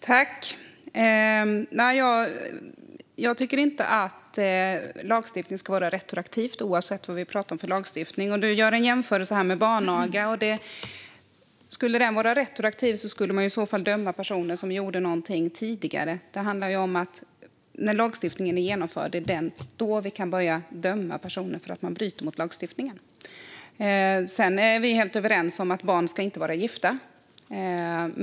Fru talman! Jag tycker inte att lagstiftning ska vara retroaktiv, oavsett vilken lagstiftning vi talar om. Du gör en jämförelse med barnaga. Om den här lagen skulle vara retroaktiv skulle man i så fall döma personer som gjort något tidigare. Det är när en lagstiftning har trätt i kraft som vi kan börja döma personer för att ha brutit mot lagen. Vi är helt överens om att barn inte ska vara gifta.